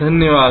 धन्यवाद